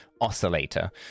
oscillator